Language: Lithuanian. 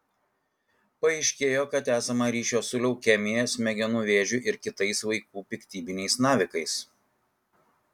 paaiškėjo kad esama ryšio su leukemija smegenų vėžiu ir kitais vaikų piktybiniais navikais